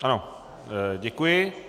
Ano, děkuji.